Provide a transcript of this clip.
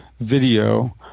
video